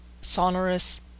sonorous